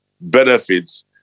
benefits